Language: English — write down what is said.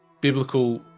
biblical